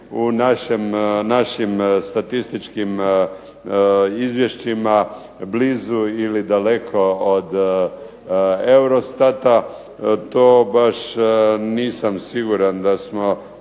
u našim statističkim izvješćima blizu ili daleko od EUROSTAT-a. To baš nisam siguran da smo